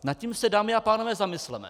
Nad tím se, dámy a pánové, zamysleme.